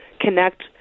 connect